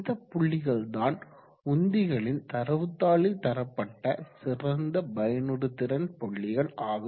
இந்த புள்ளிகள் தான் உந்திகளின் தரவுத்தாளில் தரப்பட்ட சிறந்த பயனுறுதிறன் புள்ளிகள் ஆகும்